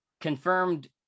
confirmed